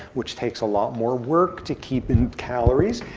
which takes a lot more work to keep in calories.